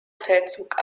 feldzug